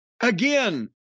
again